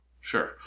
Sure